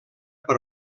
per